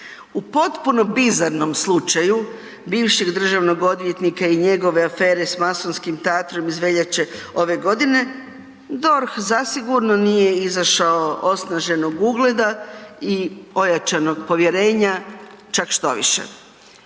U potpuno bizarnom slučaju bivšeg državnog odvjetnika i njegove afere s masonskim teatrom iz veljače ove godine, DORH zasigurno nije izašao osnaženog ugleda i ojačanog povjerenja, čak štoviše.